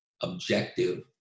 objective